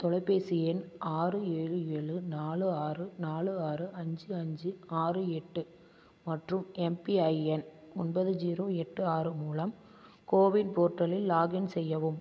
தொலைபேசி எண் ஆறு ஏழு ஏழு நாலு ஆறு நாலு ஆறு அஞ்சு அஞ்சு ஆறு எட்டு மற்றும் எம்பிஐஎன் ஒன்பது ஜீரோ எட்டு ஆறு மூலம் கோவின் போர்ட்டலில் லாக்இன் செய்யவும்